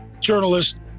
journalist